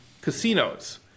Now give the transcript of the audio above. casinos